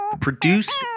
Produced